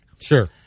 Sure